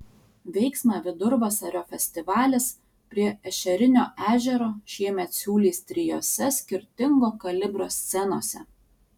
veiksmą vidurvasario festivalis prie ešerinio ežero šiemet siūlys trijose skirtingo kalibro scenose